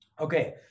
okay